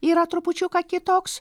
yra trupučiuką kitoks